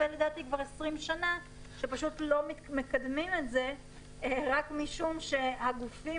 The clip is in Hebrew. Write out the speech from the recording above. כבר 20 שנה שפשוט לא מקדמים את זה רק משום שהגופים